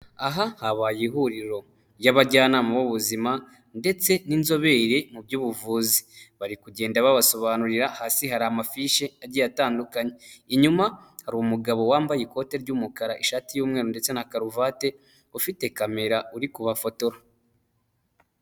Aha habaye ihuriro ry'abajyanama b'ubuzima ndetse n'inzobere mu by'ubuvuzi, bari kugenda babasobanurira hasi hari amafishi agiye atandukanye, inyuma hari umugabo wambaye ikote ry'umukara, ishati y'umweru ndetse na karuvati ufite kamera uri kubafotora.